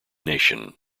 nation